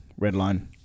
Redline